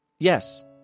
Yes